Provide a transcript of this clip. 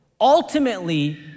ultimately